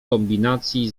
kombinacji